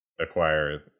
acquire